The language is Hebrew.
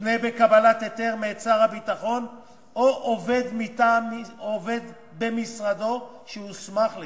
יותנו בקבלת היתר מאת שר הביטחון או עובד במשרדו שהוסמך לכך.